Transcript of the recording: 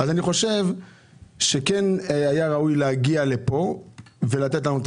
חושב שכן היה ראוי להגיע לפה ולתת לנו את